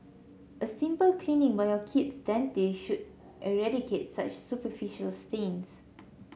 a simple cleaning by your kid's dentist should eradicate such superficial stains